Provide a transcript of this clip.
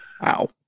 Wow